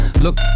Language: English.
Look